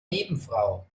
nebenfrau